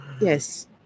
yes